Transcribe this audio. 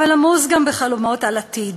אבל עמוס גם בחלומות על עתיד.